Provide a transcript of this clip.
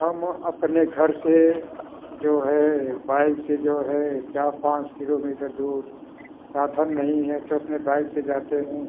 हम अपने घर से जो है बाइक से जो है चार पाँच किलोमीटर दूर साधन नहीं है तो अपने बाइक से जाते हैं